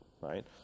right